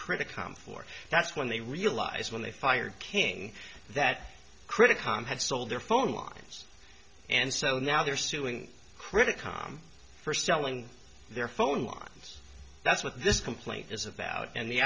critic com for that's when they realized when they fired king that critic com had sold their phone lines and so now they're suing critic com for selling their phone lines that's what this complaint is about and the